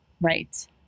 Right